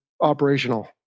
operational